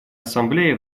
ассамблея